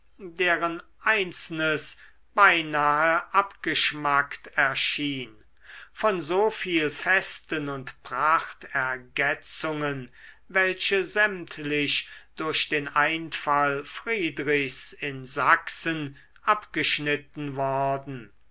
deren einzelnes beinahe abgeschmackt erschien von so viel festen und prachtergetzungen welche sämtlich durch den einfall friedrichs in sachsen abgeschnitten worden